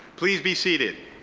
please be seated.